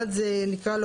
אחד זה התשלום,